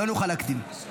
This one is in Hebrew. לא נוכל להקדים.